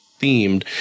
themed